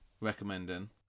recommending